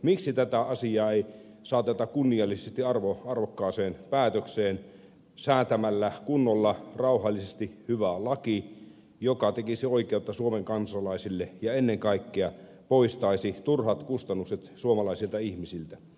miksi tätä asiaa ei saateta kunniallisesti arvokkaaseen päätökseen säätämällä kunnolla rauhallisesti hyvä laki joka tekisi oikeutta suomen kansalaisille ja ennen kaikkea poistaisi turhat kustannukset suomalaisilta ihmisiltä